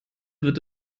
wird